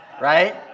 Right